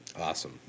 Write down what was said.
Awesome